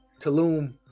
Tulum